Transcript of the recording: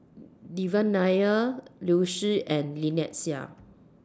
Devan Nair Liu Si and Lynnette Seah